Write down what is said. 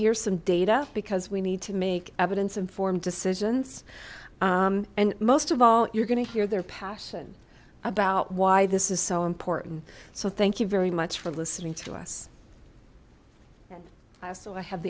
hear some data because we need to make evidence informed decisions and most of all you're going to hear their passion about why this is so important so thank you very much for listening to us so i have